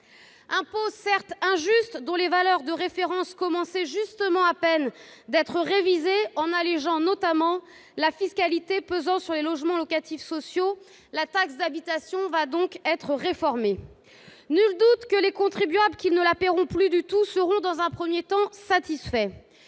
injuste, certes, mais dont les valeurs de référence commençaient justement à peine d'être révisées, notamment l'allégement de la fiscalité pesant sur les logements locatifs sociaux, la taxe d'habitation va donc être réformée. Nul doute que les contribuables qui ne la paieront plus du tout seront, dans un premier temps, satisfaits.